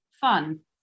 fun